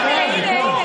היא כאן.